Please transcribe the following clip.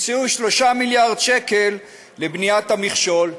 נמצאו 3 מיליארד שקלים לבניית המכשול,